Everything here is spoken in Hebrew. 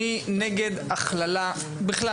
אני נגד הכללה, בכלל.